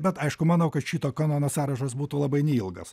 bet aišku manau kad šito kanono sąrašas būtų labai neilgas